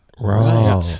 right